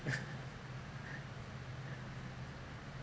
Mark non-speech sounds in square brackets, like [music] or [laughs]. [laughs]